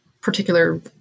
particular